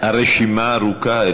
הרשימה ארוכה,